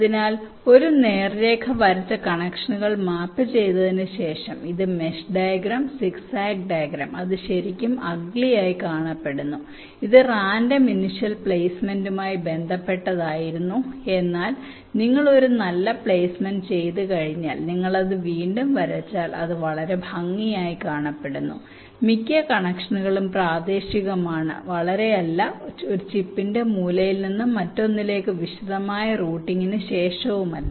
അതിനാൽ ഒരു നേർരേഖ വരച്ച കണക്ഷനുകൾ മാപ്പ് ചെയ്തതിനുശേഷം ഇത് മെഷ് ഡയഗ്രം സിഗ്സാഗ് ഡയഗ്രം അത് ശരിക്കും അഗ്ലി ആയി കാണപ്പെടുന്നു ഇത് റാൻഡം ഇനിഷ്യൽ പ്ലേസ്മെന്റുമായി ബന്ധപ്പെട്ടതായിരുന്നു എന്നാൽ നിങ്ങൾ ഒരു നല്ല പ്ലെയ്സ്മെന്റ് ചെയ്തുകഴിഞ്ഞാൽ നിങ്ങൾ അത് വീണ്ടും വരച്ചാൽ അത് വളരെ ഭംഗിയായി കാണപ്പെടുന്നു മിക്ക കണക്ഷനുകളും പ്രാദേശികമാണ് വളരെ അല്ല ചിപ്പിന്റെ ഒരു മൂലയിൽ നിന്ന് മറ്റൊന്നിലേക്കും വിശദമായ റൂട്ടിംഗിന് ശേഷവുമല്ല